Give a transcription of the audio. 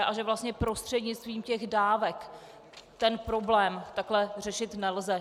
A že vlastně prostřednictvím těch dávek ten problém takhle řešit nelze.